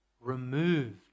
removed